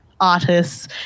artists